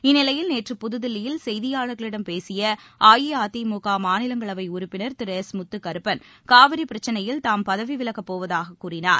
இந்நிலையில் நேற்று புதுதில்லியில் செய்தியாளர்களிடம் பேசிய அஇஅதிமுக மாநிலங்களவை உறுப்பினர் திரு எஸ் முத்துக்கருப்பன் காவிரி பிரச்னையில் தாம் பதவி விலகப் போவதாகக் கூறினார்